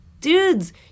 Dudes